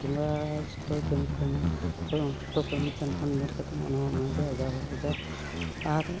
ᱵᱚᱸᱜᱟ ᱥᱚᱠᱛᱚᱭ ᱠᱟᱹᱢᱤ ᱠᱟᱱᱟ ᱥᱚᱠᱛᱚ ᱠᱟᱹᱢᱤ ᱠᱟᱱ ᱠᱷᱟᱱ ᱧᱮᱞ ᱠᱟᱛᱮᱢᱟ ᱚᱱᱟᱦᱚᱸ ᱢᱮᱱ ᱠᱮᱜᱼᱟ ᱡᱟᱦᱳ ᱡᱟ ᱟᱨ